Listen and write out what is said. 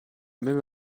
même